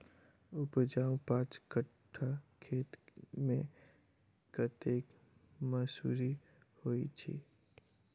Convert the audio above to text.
उपजाउ पांच कट्ठा खेत मे कतेक मसूरी होइ छै?